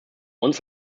uns